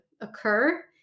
occur